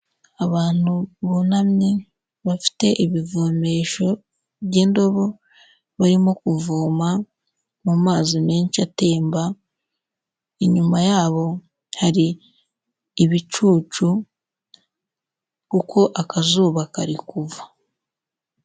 Abantu bunamye bafite ibivomesho by'indobo, barimo kuvoma mu mazi menshi atemba, inyuma yabo hari ibicucu kuko akazuba kari kuva.